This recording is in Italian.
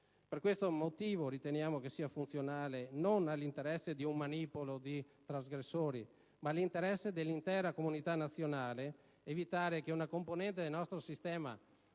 Per questo motivo riteniamo che sia funzionale, non all'interesse di un manipolo di trasgressori, ma all'interesse dell'intera comunità nazionale, evitare che una componente del nostro sistema